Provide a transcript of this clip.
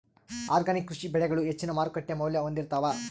organic ಕೃಷಿ ಬೆಳಿಗಳು ಹೆಚ್ಚಿನ್ ಮಾರುಕಟ್ಟಿ ಮೌಲ್ಯ ಹೊಂದಿರುತ್ತಾವ